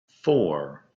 four